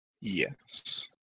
Yes